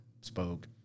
spoke